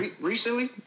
Recently